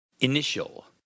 initial